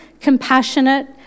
compassionate